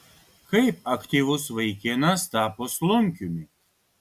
kaip aktyvus vaikinas tapo slunkiumi